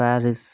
Paris